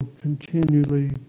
continually